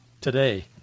today